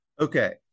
Okay